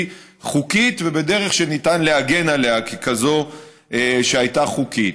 חוקית ובדרך שניתן להגן עליה ככזאת שהייתה חוקית.